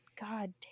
God